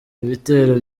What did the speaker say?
ibitero